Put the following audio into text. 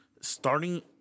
starting